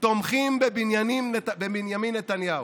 תומכים בבנימין נתניהו,